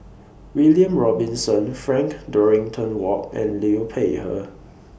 William Robinson Frank Dorrington Ward and Liu Peihe